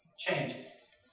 Changes